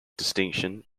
distinction